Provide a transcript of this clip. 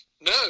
No